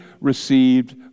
received